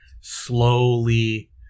slowly